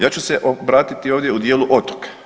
Ja ću se obratiti ovdje u dijelu otoka.